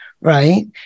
right